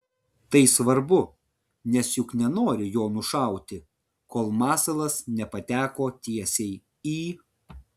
tai svarbu nes juk nenori jo nušauti kol masalas nepateko tiesiai į